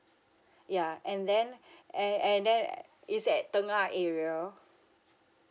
ya and then and and then err is that tengah area